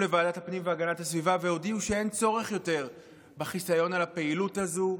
לוועדת הפנים והגנת הסביבה והודיעו שאין צורך יותר בחיסיון על הפעילות הזו.